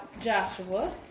Joshua